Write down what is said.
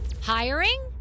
Hiring